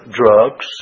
drugs